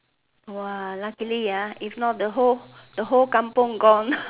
!wah! luckily ah if not the whole the whole Kampung gone